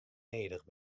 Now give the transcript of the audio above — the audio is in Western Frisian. nedich